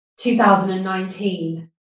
2019